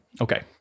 Okay